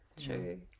True